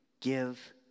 give